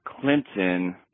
Clinton